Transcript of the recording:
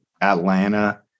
Atlanta –